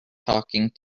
talking